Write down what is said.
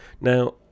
Now